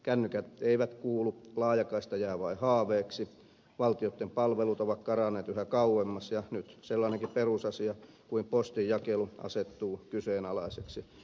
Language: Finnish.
kännykät eivät kuulu laajakaista jää vain haaveeksi valtion palvelut ovat karanneet yhä kauemmaksi ja nyt sellainenkin perusasia kuin postinjakelu asettuu kyseenalaiseksi